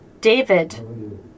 David